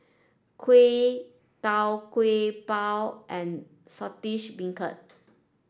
Kuih Tau Kwa Pau and Saltish Beancurd